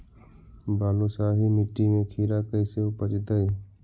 बालुसाहि मट्टी में खिरा कैसे उपजतै?